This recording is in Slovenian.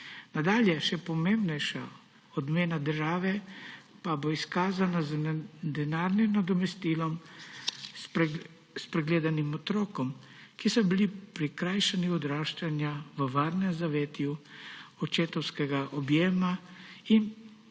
možnost. Še pomembnejša odmena države pa bo izkazana z denarnim nadomestilom spregledanim otrokom, ki so bili prikrajšani odraščanja v varnem zavetju očetovskega objema in